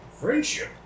Friendship